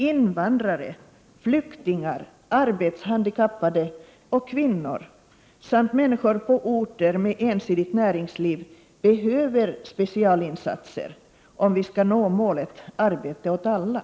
Invandrare, flyktingar, arbetshandikappade, kvinnor och människor på orter med ensidigt näringsliv behöver specialinsatser, om vi skall nå målet arbete åt alla.